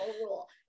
rule